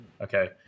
okay